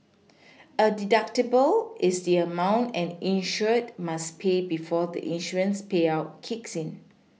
a deductible is the amount an insured must pay before the insurance payout kicks in